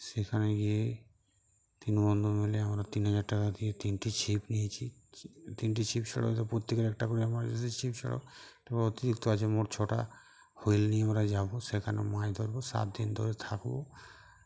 সেখানে গিয়ে তিন বন্ধু মিলে আমরা তিন হাজার টাকা দিয়ে তিনটি ছিপ নিয়েছি তিনটি ছিপ ছড়ো য প্রত্যেকের একটা করে এমার্জেন্সি ছিপ ছড়ো তারপর অতিরিক্ত আছে মোট ছটা হুইল নিয়ে আমরা যাবো সেখানে মাছ ধরবো সাত দিন ধরে থাকবো